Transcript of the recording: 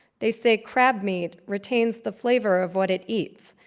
they say crab meat retains the flavor of what it eats,